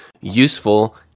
useful